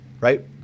right